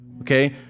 okay